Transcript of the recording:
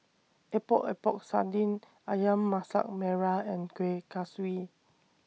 Epok Epok Sardin Ayam Masak Merah and Kuih Kaswi